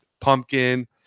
pumpkin